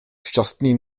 šťastný